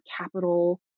capital